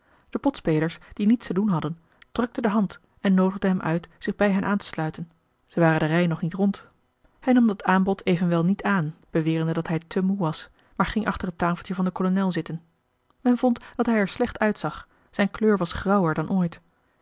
de potspelers die niets te doen hadden drukten de hand en noodigden hem uit zich bij hen aan te sluiten zij waren de rij nog niet rond hij nam dat aanbod evenwel niet aan bewerende dat hij te moe was maar ging achter het tafeltje van den kolonel zitten men vond dat hij er slecht uitzag zijn kleur was grauwer dan ooit